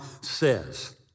says